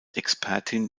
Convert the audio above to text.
expertin